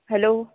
hello